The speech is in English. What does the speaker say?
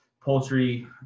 poultry